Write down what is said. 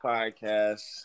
Podcast